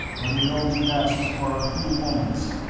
but it only lasts for a few moments.